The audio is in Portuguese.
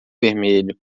vermelho